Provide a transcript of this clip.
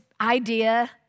idea